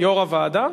יו"ר הוועדה?